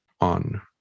on